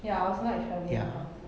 ya I also like travelling a lot